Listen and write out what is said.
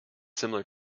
similar